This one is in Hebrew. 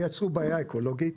ויצרו בעיה אקולוגית.